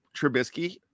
Trubisky